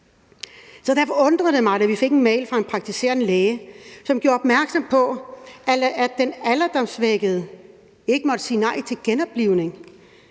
gå. Derfor undrede det mig, da vi fik en mail fra en praktiserende læge, som gjorde opmærksom på, at den alderdomssvækkede ikke må sige nej til genoplivning,